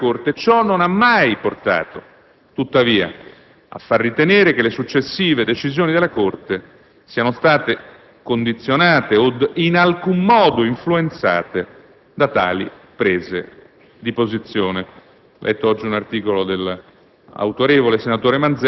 di pronunzie della suprema Corte. Ciò non ha mai portato, tuttavia, a far ritenere che le successive decisioni della Corte siano state condizionate, o in alcun modo influenzate, da tali prese di posizione.